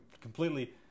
completely